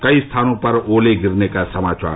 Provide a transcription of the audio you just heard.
कई स्थानों पर ओले गिरने का समाचार